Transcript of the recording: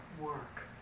work